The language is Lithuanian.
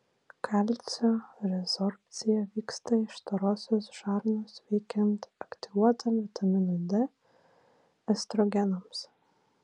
kalcio rezorbcija vyksta iš storosios žarnos veikiant aktyvuotam vitaminui d estrogenams